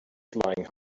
flying